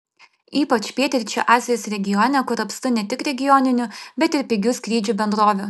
ypač pietryčių azijos regione kur apstu ne tik regioninių bet ir pigių skrydžių bendrovių